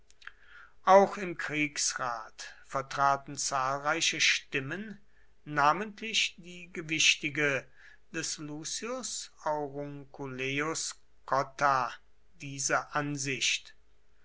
auch im kriegsrat vertraten zahlreiche stimmen namentlich die gewichtige des lucius aurunculeius cotta diese ansicht